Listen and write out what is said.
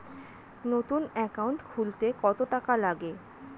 নতুন একাউন্ট খুলতে কত টাকা লাগে?